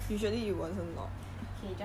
okay just saying right